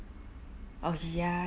oh ya